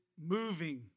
moving